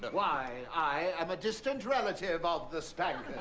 but why, i am a distant relative of the spankers.